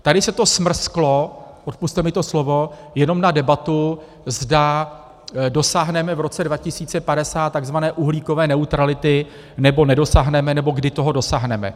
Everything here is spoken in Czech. Tady se to smrsklo, odpusťte mi to slovo, jenom na debatu, zda dosáhneme v roce 2050 takzvané uhlíkové neutrality, nebo nedosáhneme, nebo kdy toho dosáhneme.